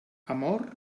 amor